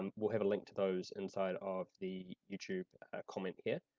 um we'll have a link to those inside of the youtube comment here